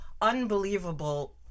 unbelievable